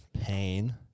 pain